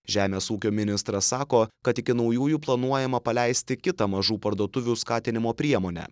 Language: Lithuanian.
žemės ūkio ministras sako kad iki naujųjų planuojama paleisti kitą mažų parduotuvių skatinimo priemonę